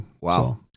Wow